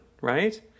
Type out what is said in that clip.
right